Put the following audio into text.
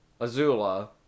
Azula